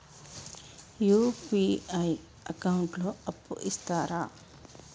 UPI account లో అప్పు ఇస్తరా?